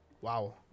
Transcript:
wow